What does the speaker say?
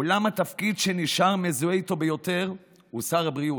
אולם התפקיד שנשאר המזוהה איתו ביותר הוא שר הבריאות,